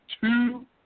two